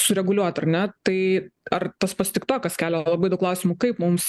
sureguliuot ar ne tai ar tas pats tiktokas kelia labai daug klausimų kaip mums